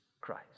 Christ